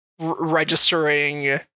registering